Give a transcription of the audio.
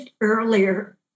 earlier